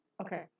Okay